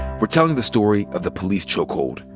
we're telling the story of the police chokehold,